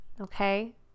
okay